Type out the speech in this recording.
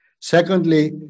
secondly